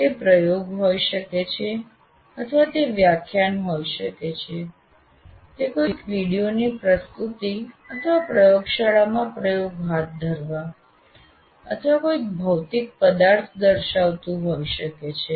તે પ્રયોગ હોઈ શકે છે અથવા તે વ્યાખ્યાન હોઈ શકે છે તે કોઈક વિડિઓની પ્રસ્તુતિ અથવા પ્રયોગશાળામાં પ્રયોગ હાથ ધરવા અથવા કોઈ ભૌતિક પદાર્થ દર્શાવતું હોઈ શકે છે